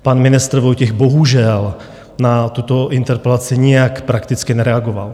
Pan ministr Vojtěch bohužel na tuto interpelaci nijak prakticky nereagoval.